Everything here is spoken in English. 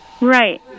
Right